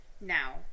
now